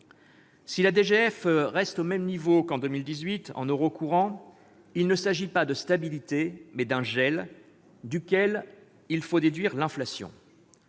Si la DGF reste au même niveau qu'en 2018 en euros courants, il ne s'agit pas de stabilité, mais il s'agit d'un gel duquel il faut déduire l'inflation.